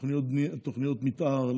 תוכניות מתאר,